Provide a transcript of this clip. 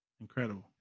Incredible